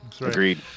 Agreed